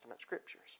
scriptures